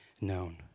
known